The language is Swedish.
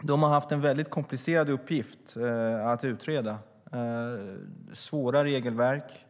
De har haft en komplicerad uppgift att utreda, med svåra regelverk.